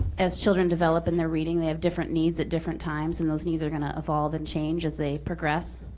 as children develop in their reading, they have different needs at different times, and those needs are gonna evolve and change as they progress,